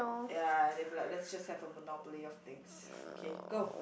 ya they'll be like let's just have a monopoly of things okay go